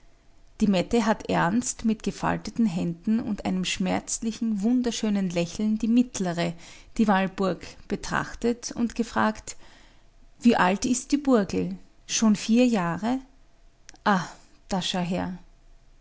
die mette hat ernst mit gefalteten händen und einem schmerzlichen wunderschönen lächeln die mittlere die walburg betrachtet und gefragt wie alt ist die burgel schon vier jahre ah da schau her